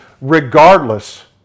regardless